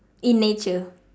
in nature